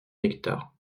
nectar